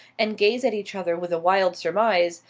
and gaze at each other with a wild surmise,